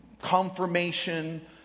confirmation